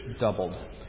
doubled